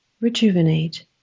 rejuvenate